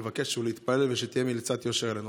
לבקש ולהתפלל שתהיה מליצת יושר עלינו.